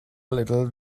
little